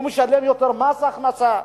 הוא משלם יותר מס הכנסה,